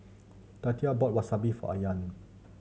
Tatia bought Wasabi for Ayaan